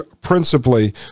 principally